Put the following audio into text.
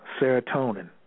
serotonin